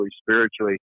spiritually